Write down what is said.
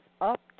up